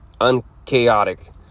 Unchaotic